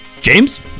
James